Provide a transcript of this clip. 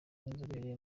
b’inzobere